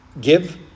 give